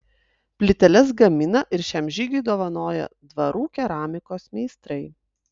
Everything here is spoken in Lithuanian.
plyteles gamina ir šiam žygiui dovanoja dvarų keramikos meistrai